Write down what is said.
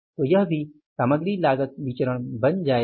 तो यह भी सामग्री लागत विचरण बन जाएगा